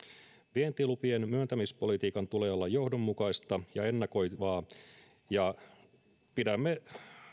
vientilupien myöntämispolitiikan tulee olla johdonmukaista ja ennakoivaa ja pidämme